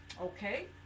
Okay